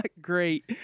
great